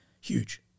huge